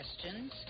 questions